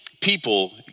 people